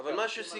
אבל מה שסיכמנו,